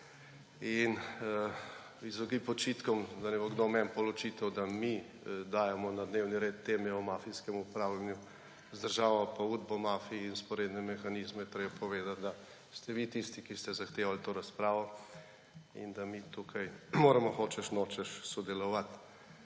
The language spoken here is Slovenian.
V izogib očitkom, da ne bo kdo potem meni očital, da mi dajemo na dnevni red teme o mafijskem upravljanju z državo pa o udbomafiji in vzporednih mehanizmih, je potrebno povedati, da ste vi tisti, ki ste zahtevali to razpravo, in da mi tukaj moramo hočeš nočeš sodelovati.